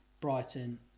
Brighton